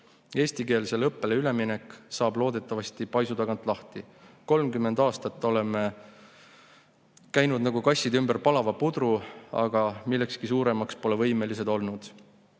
euroni. Eestikeelsele õppele üleminek saab loodetavasti paisu tagant lahti. 30 aastat oleme käinud nagu kassid ümber palava pudru, aga millekski suuremaks pole võimelised olnud.